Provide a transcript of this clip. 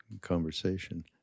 conversation